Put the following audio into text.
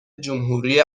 جمهوری